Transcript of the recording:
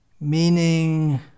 meaning